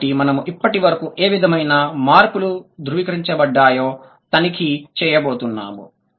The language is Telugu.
కాబట్టి మనము ఇప్పటివరకు ఏ విధమైన మార్పులు ధృవీకరించబడ్డాయో తనిఖీ చేయబోతున్నాము